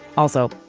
also,